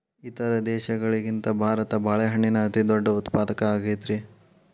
ಇತರ ದೇಶಗಳಿಗಿಂತ ಭಾರತ ಬಾಳೆಹಣ್ಣಿನ ಅತಿದೊಡ್ಡ ಉತ್ಪಾದಕ ಆಗೈತ್ರಿ